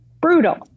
brutal